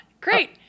Great